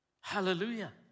Hallelujah